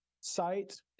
site